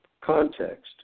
context